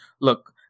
look